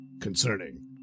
concerning